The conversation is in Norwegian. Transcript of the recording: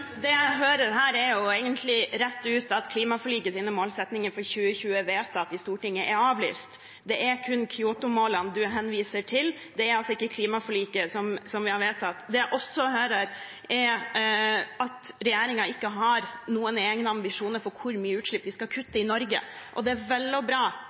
Det jeg hører her, er egentlig rett ut at klimaforlikets målsettinger for 2020 som er vedtatt i Stortinget, er avlyst. Det er kun Kyotomålene det henvises til, og ikke klimaforliket, som vi har vedtatt. Det jeg også hører, er at regjeringen ikke har noen egne ambisjoner for hvor mye utslipp vi skal kutte i Norge. Det er vel og bra